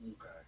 Okay